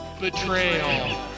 Betrayal